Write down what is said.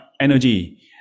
energy